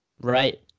Right